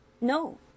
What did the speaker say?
No